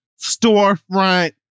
storefront